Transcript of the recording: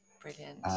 Brilliant